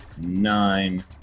nine